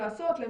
לצורך העניין,